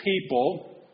people